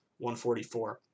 144